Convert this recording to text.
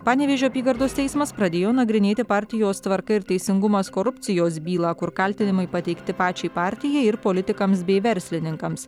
panevėžio apygardos teismas pradėjo nagrinėti partijos tvarka ir teisingumas korupcijos bylą kur kaltinimai pateikti pačiai partijai ir politikams bei verslininkams